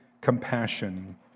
compassion